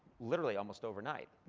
literally, almost overnight.